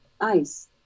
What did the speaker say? ice